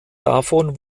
davon